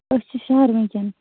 أسۍ چھِ شَہَر وُنکیٚن